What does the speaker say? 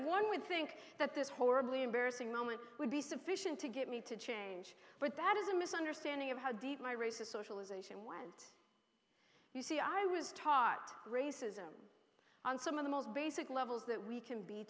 one would think that this horribly embarrassing moment would be sufficient to get me to change but that is a misunderstanding of how deep my race is socialization went you see i was taught racism on some of the most basic levels that we can be